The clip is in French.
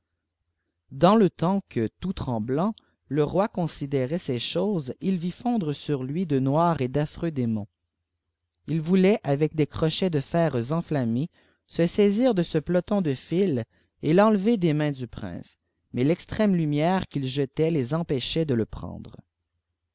ôans le temps que tout tranblant le roi considérait ces éhoses il vît foikfa e sur lui de noirs et d'affreux démons ils vou laient avee tes crodiiets de fer enflammés se saisir ée ce peloton de fil et l'enlefpr des mains du prince mais l'extrême lumière qu'il jetait ks enchait de le prendre